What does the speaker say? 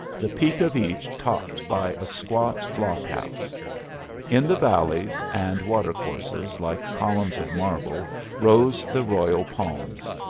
the peak of each topped by a squat block-house in the valleys and water courses like columns of marble rose the royal palms.